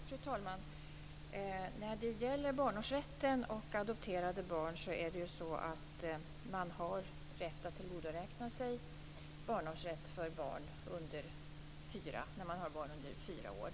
Fru talman! När det gäller barnårsrätten och adopterade barn har den som har vårdnaden om barnet rätt att tillgodoräkna sig barnårsrätt när man har barn under fyra år.